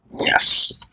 Yes